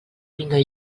vinga